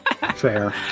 fair